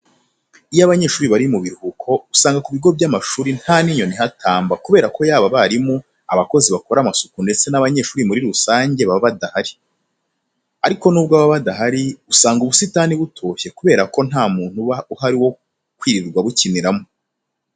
Iyo abanyeshuri bari mu biruhuko usanga ku bigo by'amashuri nta n'inyoni ihatamba kubera ko yaba abarimu, abakozi bakora amasuku ndetse n'abanyeshuri muri rusange baba badahari. Ariko nubwo baba badahari usanga ubusitani butoshye kubera ko nta muntu uba uhari wo kwirirwa abukiniramo.